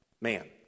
Man